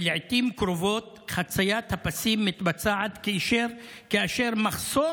ולעיתים קרובות חציית הפסים מתבצעת כאשר מחסום